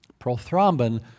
Prothrombin